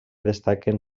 destaquen